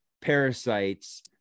parasites